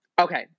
Okay